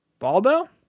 baldo